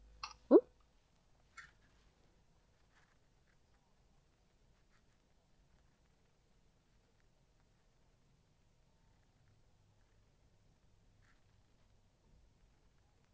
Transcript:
hmm